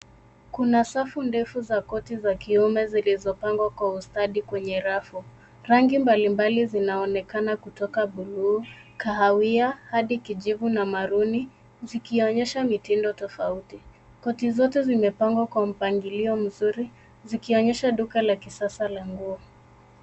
Kuna safu ndefu za koti za kiume zilizo pangwa kwa ustadi kwenye rafu. Rangi mbalimbali zinaonekana kutoka bluu, kahawia, hadi kijivu na maruni zikionyesha mitindo tofauti. Koti zote zimepangwa kwa mpangilio mzuri zikionyesha duka la kisasa la nguo.